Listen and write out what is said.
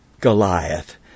Goliath